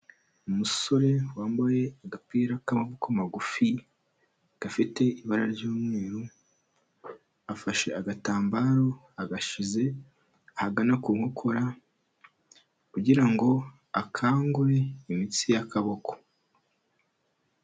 Umusore wambaye agapira k'amaboko magufi, gafite ibara ry'umweru, afashe agatambaro, agashize ahagana ku nkokora, kugira ngo akangure imitsi y'akaboko.